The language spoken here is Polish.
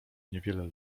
niewiele